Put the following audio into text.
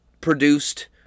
produced